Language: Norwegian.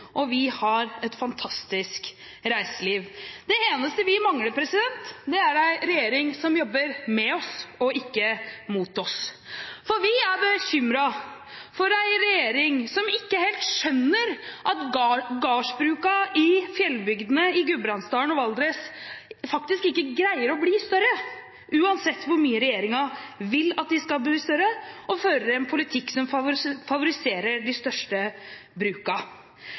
og vi har et fantastisk reiseliv. Det eneste vi mangler, er en regjering som jobber med oss og ikke mot oss. Vi er bekymret for en regjering som ikke helt skjønner at gardsbrukene i fjellbygdene i Gudbrandsdalen og Valdres faktisk ikke greier å bli større uansett hvor mye regjeringen vil at de skal bli større, og fører en politikk som favoriserer de største